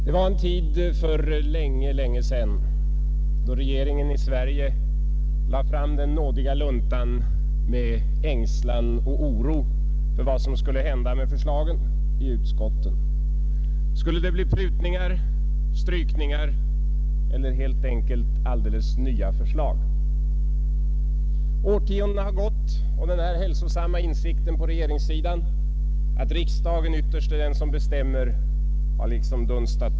Herr talman! Det var en tid för länge, länge sedan då regeringen i Sverige lade fram den nådiga luntan med ängslan och oro för vad som skulle hända med förslagen i utskotten. Skulle det bli prutningar, strykningar eller alldeles nya förslag? Årtiondena har gått och denna hälsosamma insikt på regeringssidan att riksdagen ytterst är den som bestämmer har dunstat bort.